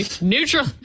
Neutral